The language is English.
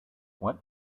what